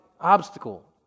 obstacle